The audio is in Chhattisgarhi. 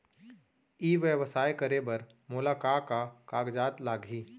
ई व्यवसाय करे बर मोला का का कागजात लागही?